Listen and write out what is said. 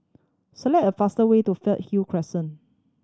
select a faster way to Fernhill Crescent